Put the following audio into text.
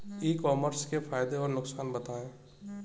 ई commerce के फायदे और नुकसान बताएँ?